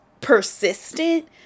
persistent